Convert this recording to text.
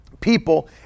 People